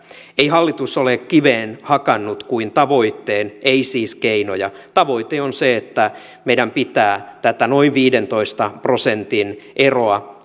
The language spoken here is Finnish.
ei hallitus ole kiveen hakannut kuin tavoitteen ei siis keinoja tavoite on se että meidän pitää tätä noin viidentoista prosentin eroa